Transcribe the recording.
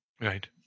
Right